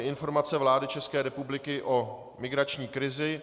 Informace vlády České republiky o migrační krizi